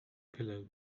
pillow